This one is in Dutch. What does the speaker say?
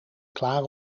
klaar